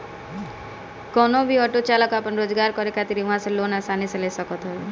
कवनो भी ऑटो चालाक आपन रोजगार करे खातिर इहवा से लोन आसानी से ले सकत हवे